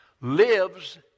lives